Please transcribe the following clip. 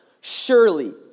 Surely